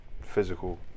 physical